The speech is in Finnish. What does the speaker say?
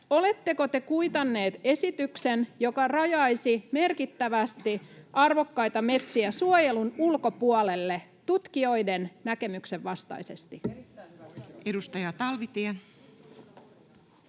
oletteko te kuitanneet esityksen, joka rajaisi merkittävästi arvokkaita metsiä suojelun ulkopuolelle tutkijoiden näkemyksen vastaisesti? [Speech 40]